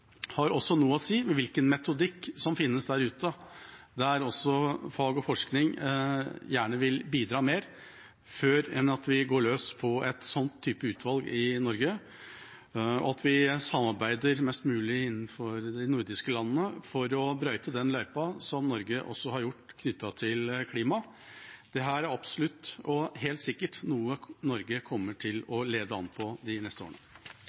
også har noe å si hvilken metodikk som finnes der ute, der også fag og forskning gjerne vil bidra mer før vi går løs på en sånn type utvalg i Norge, og at vi samarbeider mest mulig innenfor de nordiske landene for å brøyte den løypa som Norge også har gjort knyttet til klima. Dette er absolutt og helt sikkert noe Norge kommer til å lede an i de neste årene.